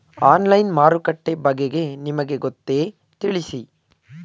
Online ಮಾರುಕಟ್ಟೆ ಬಗೆಗೆ ನಿಮಗೆ ಗೊತ್ತೇ? ತಿಳಿಸಿ?